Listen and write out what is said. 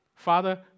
Father